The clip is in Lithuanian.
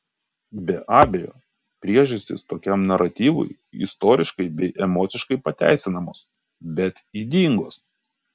be abejo priežastys tokiam naratyvui istoriškai bei emociškai pateisinamos bet ydingos